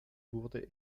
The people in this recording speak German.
wurde